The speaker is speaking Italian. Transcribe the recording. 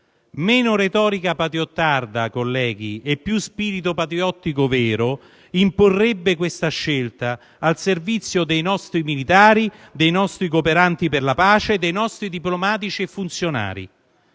Meno retorica patriottarda e più spirito patriottico vero imporrebbero questa scelta al servizio dei nostri militari, dei nostri cooperanti per la pace, dei nostri diplomatici e funzionari.